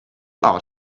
are